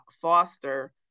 foster